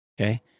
okay